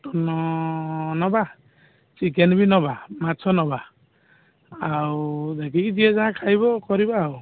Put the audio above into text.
mutton ନେବା chicken ବି ନେବା ମାଛ ନେବା ଆଉ ଦେଖିକି ଯିଏ ଯାହା ଖାଇବା କରିବା ଆଉ